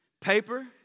paper